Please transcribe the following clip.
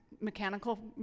mechanical